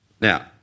Now